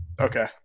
Okay